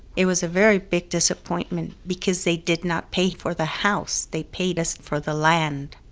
it was a very big disappointment because they did not pay for the house. they paid us for the land.